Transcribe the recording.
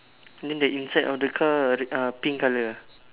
then the inside of the car uh pink colour ah